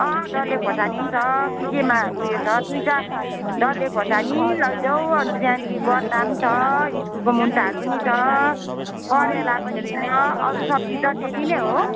डल्ले खोर्सानी पनि छ के केमा उयो छ डल्ले खोर्सानी लैजाऊ अन्त त्यहाँदेखि गट्टा पनि छ इस्कुसको मुन्टाहरू पनि छ करेला पनि छ अरू सब्जी त त्यति नै हो